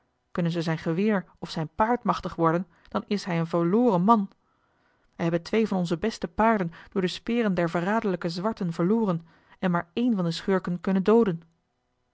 kunnen ze zijn geweer of zijn paard machtig worden dan is hij een verloren man we hebben twee van onze beste paarden door de speren der verraderlijke zwarten verloren en maar één van de schurken kunnen dooden